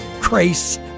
grace